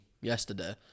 yesterday